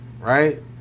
right